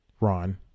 Ron